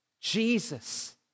Jesus